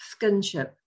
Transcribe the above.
Skinship